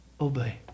obey